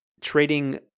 trading